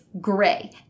gray